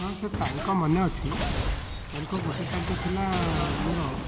ହଁ ସେ ତାରିଖ ମନେ ଅଛି ତାରିଖ ଗୋଟେ ତାରିଖ ଥିଲା ମୋର